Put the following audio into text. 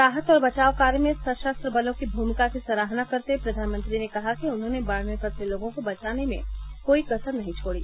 राहत और बचावकार्य में सशस्त्र बलों की भूमिका की सराहना करते हुए प्रधानमंत्री ने कहा कि उन्होंने बाढ़ में फंसे लोगों को बचाने में कोई कसर नहीं छोड़ी